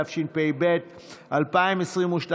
התשפ"ב 2022,